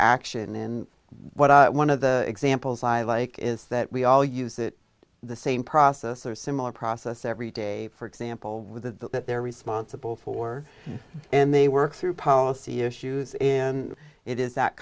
action in one of the examples i like is that we all use it the same process or similar process every day for example with the that they're responsible for and they work through policy issues and it is that